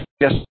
Yes